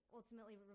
ultimately